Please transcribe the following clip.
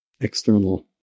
external